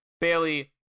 Bailey